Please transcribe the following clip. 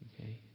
okay